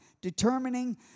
determining